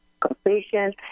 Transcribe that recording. completion